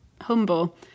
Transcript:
humble